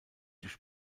durch